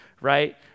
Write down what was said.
Right